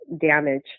damage